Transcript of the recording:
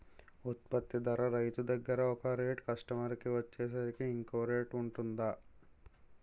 ఉత్పత్తి ధర రైతు దగ్గర ఒక రేట్ కస్టమర్ కి వచ్చేసరికి ఇంకో రేట్ వుంటుందా?